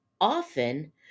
Often